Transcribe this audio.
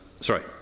Sorry